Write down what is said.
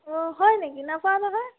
অঁ হয় নেকি নাচাওঁ নহয়